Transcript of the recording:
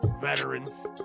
veterans